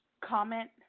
comment